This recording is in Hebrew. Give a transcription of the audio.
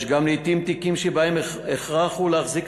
יש גם לעתים תיקים שבהם הכרח הוא להחזיק